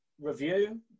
review